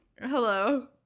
hello